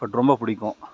but ரொம்ப பிடிக்கும்